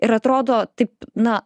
ir atrodo taip na